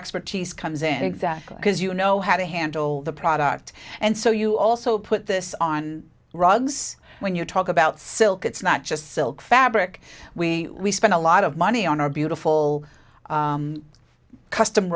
in exactly because you know how to handle the product and so you also put this on rugs when you talk about silk it's not just silk fabric we spend a lot of money on our beautiful custom